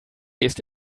ist